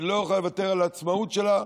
היא לא יכולה לוותר על העצמאות שלה.